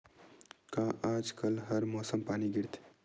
का आज कल हर मौसम पानी गिरथे?